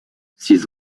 ses